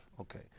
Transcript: Okay